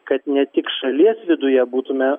kad ne tik šalies viduje būtume